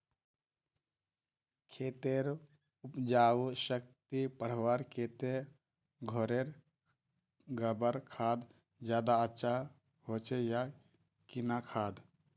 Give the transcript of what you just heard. खेतेर उपजाऊ शक्ति बढ़वार केते घोरेर गबर खाद ज्यादा अच्छा होचे या किना खाद?